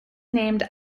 named